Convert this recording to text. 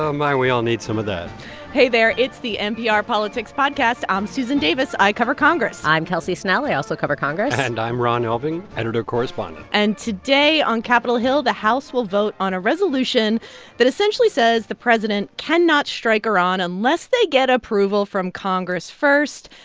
my. we all need some of that hey there. it's the npr politics podcast. i'm um susan davis. i cover congress i'm kelsey snell. i also cover congress and i'm ron elving, editor correspondent and today, on capitol hill, the house will vote on a resolution that essentially says the president cannot strike iran unless they get approval from congress first.